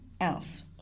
else